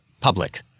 Public